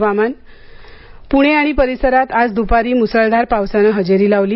हवामान पुणे आणि परिसरात आज दुपारी मुसळधार पावसानं हजेरी लावली